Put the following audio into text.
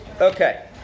Okay